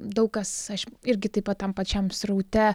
daug kas aš irgi taip pat tam pačiam sraute